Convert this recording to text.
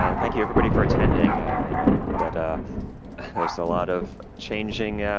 um thank you, everybody for attending, i know that that ah there's a lot of changing yeah